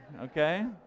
Okay